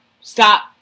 stop